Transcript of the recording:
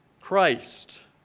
Christ